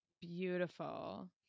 beautiful